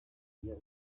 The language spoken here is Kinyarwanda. iyo